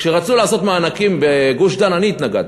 כשרצו לעשות מענקים בגוש-דן אני התנגדתי,